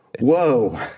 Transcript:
whoa